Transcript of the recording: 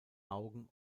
augen